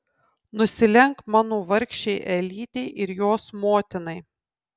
nusilenk mano vargšei elytei ir jos motinai